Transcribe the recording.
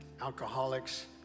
alcoholics